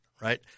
Right